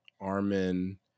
Armin